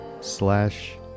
slash